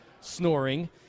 snoring